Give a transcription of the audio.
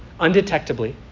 undetectably